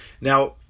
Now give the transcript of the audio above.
Now